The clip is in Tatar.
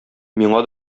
миңа